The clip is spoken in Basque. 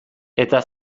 eta